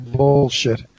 bullshit